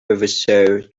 oversaw